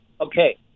Okay